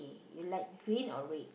you like green or red